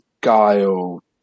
Guile